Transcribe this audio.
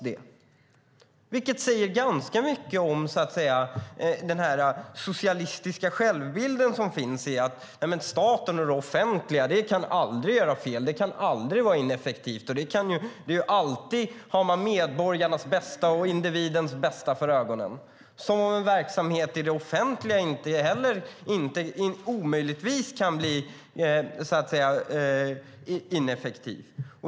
Det säger ganska mycket om den socialistiska självbilden som finns att staten och det offentliga aldrig kan göra fel. Det kan aldrig vara ineffektivt. Man har alltid medborgarnas bästa och individens bästa för ögonen. Det är som att en verksamhet i det offentliga omöjligt kan bli ineffektiv.